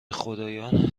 خدایان